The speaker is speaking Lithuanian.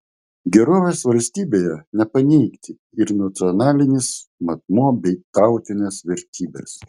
gerovės valstybėje nepaneigti ir nacionalinis matmuo bei tautinės vertybės